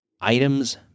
items